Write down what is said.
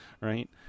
Right